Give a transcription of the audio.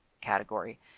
category